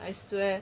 I swear